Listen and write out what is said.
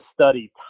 study